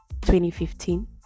2015